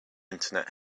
internet